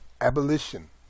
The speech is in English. Abolition